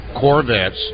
Corvettes